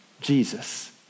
Jesus